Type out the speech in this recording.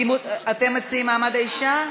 אתם מציעים לוועדה למעמד האישה?